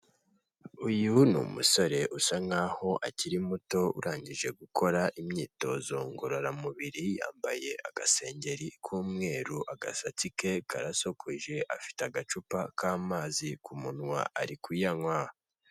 Uyu ni umusore usa nk'aho akiri muto, urangije gukora imyitozo ngororamubiri, yambaye agaseri k'umweru, agasatsi ke karasokoje, afite agacupa k'amazi ku munwa, ari kuyanywa.